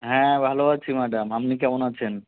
হ্যাঁ ভালো আছি ম্যাডাম আপনি কেমন আছেন